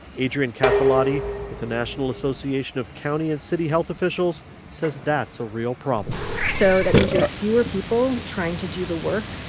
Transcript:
adriane casalotti with the national association of county and city health officials says that's a real problem so that means you have fewer people trying to do the work,